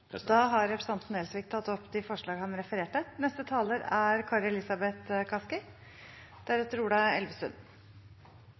Representanten Sigbjørn Gjelsvik har tatt opp de forslagene han refererte